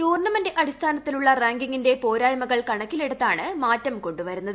tournament അടിസ്ഥാനത്തിലുള്ള റാങ്കിംഗിന്റെ പോരായ്മകൾ കണക്കിലെടുത്താണ് മാറ്റം കൊണ്ടുവരുന്നത്